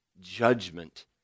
judgment